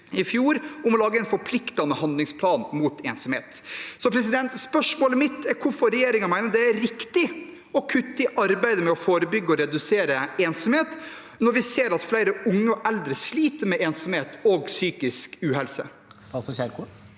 i fjor, om å lage en forpliktende handlingsplan mot ensomhet. Spørsmålet mitt er hvorfor regjeringen mener det er riktig å kutte i arbeidet med å forebygge og redusere ensomhet når vi ser at flere unge og eldre sliter med ensomhet og psykisk uhelse? Statsråd